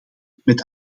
met